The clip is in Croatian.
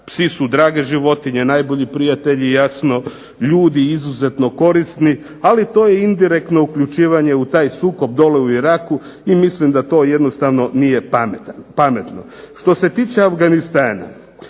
Psi su drage životinje, najbolji prijatelji i jasno ljudi izuzetno korisni, ali to je indirektno uključivanje u taj sukob dole u Iraku i mislim da to jednostavno nije pametno. Što se tiče Afganistana,